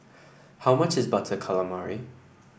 how much is Butter Calamari